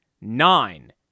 Nine